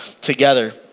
together